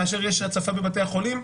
כאשר יש הצפה בבתי החולים,